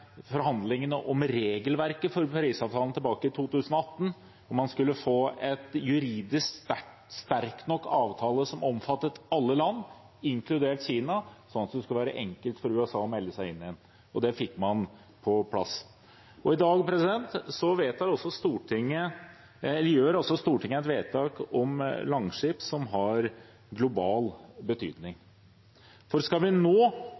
forhandlingene om regelverket for Parisavtalen tilbake i 2018, var om man skulle få en juridisk sterk nok avtale som omfattet alle land, inkludert Kina, sånn at det skulle være enkelt for USA å melde seg inn igjen. Det fikk man på plass. I dag gjør Stortinget et vedtak om Langskip, som har global betydning. For skal vi nå